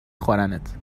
خورنت